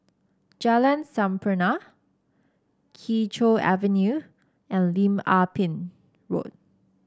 Jalan Sampurna Kee Choe Avenue and Lim Ah Pin Road